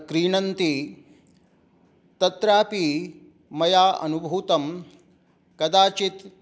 क्रीणन्ति तत्रापि मया अनुभूतं कदाचित्